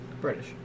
British